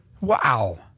Wow